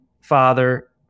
father